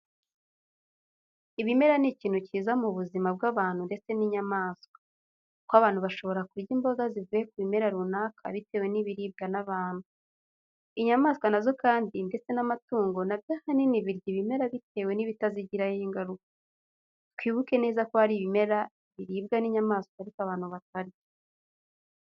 Ibimera ni ikintu cyiza mu buzima bw'abantu ndetse n'inyamaswa. Kuko abantu bashobora kurya imboga zivuye ku bimera runaka bitewe n'ibiribwa n'abantu. Inyamaswa na zo kandi ndetse n'amatungo na byo ahanini birya ibimera bitewe n'ibitazigiraho ingaruka. Twibuke neza ko hari ibimera biribwa n'inyamaswa ariko abantu batarya.